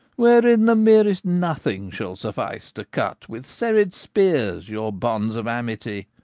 wherein the merest nothing shall suffice to cut with serried spears your bonds of amity.